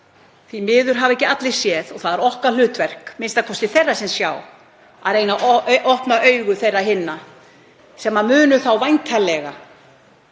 því miður hafa ekki allir séð og það er okkar hlutverk, a.m.k. þeirra sem sjá, að reyna að opna augu hinna sem munu þá væntanlega